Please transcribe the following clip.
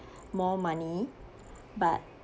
more money but